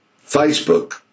Facebook